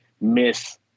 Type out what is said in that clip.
miss